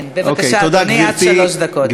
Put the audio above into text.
בבקשה, אדוני, עד שלוש דקות.